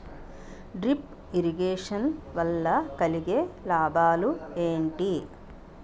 Drip irrigation వల్ల కలిగే లాభాలు ఏంటి?